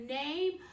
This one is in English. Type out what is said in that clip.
name